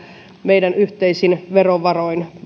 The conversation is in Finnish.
meidän yhteisin verovaroin